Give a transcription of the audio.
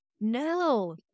No